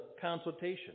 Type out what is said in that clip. consultation